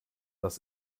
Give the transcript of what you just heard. das